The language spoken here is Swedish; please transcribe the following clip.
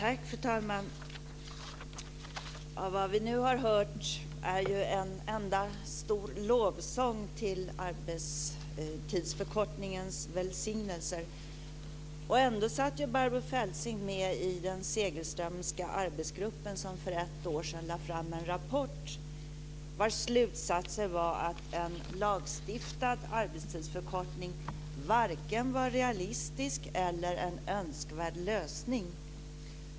Fru talman! Vad vi nu har hört är ju en enda stor lovsång till arbetstidsförkortningens välsignelser. Ändå satt ju Barbro Feltzing med i den Segelströmska arbetsgruppen som för ett år sedan lade fram en rapport vars slutsatser var att en lagstiftad arbetstidsförkortning varken var en realistisk eller en önskvärd lösning.